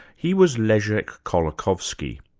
he was leszek kolakowski.